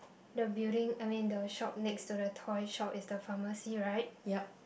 the building I mean the shop next to the toy shop is the pharmacy [right]